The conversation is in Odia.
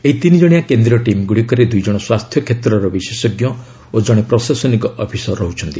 ଏହି ତିନିଜଣିଆ କେନ୍ଦ୍ରୀୟ ଟିମ୍ଗୁଡ଼ିକରେ ଦୁଇଜଣ ସ୍ୱାସ୍ଥ୍ୟ କ୍ଷେତ୍ରର ବିଶେଷଜ୍ଞ ଓ ଜଣେ ପ୍ରଶାସନିକ ଅଫିସର ରହ୍ବଚ୍ଚନ୍ତି